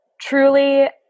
truly